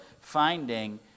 finding